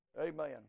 Amen